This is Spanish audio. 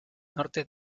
norte